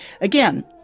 Again